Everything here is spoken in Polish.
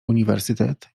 uniwersytet